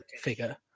figure